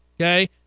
Okay